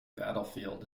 battlefield